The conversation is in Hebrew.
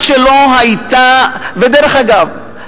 דרך אגב,